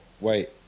wait